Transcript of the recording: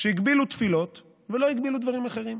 שהגבילו תפילות ולא הגבילו דברים אחרים.